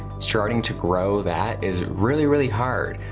starting to grow that is really, really hard.